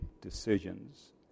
decisions